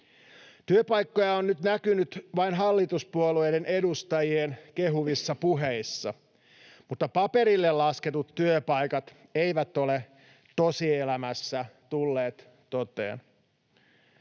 Työpaikkoja on nyt näkynyt vain hallituspuolueiden edustajien kehuvissa puheissa, mutta paperille lasketut työpaikat eivät ole tosielämässä tulleet toteen.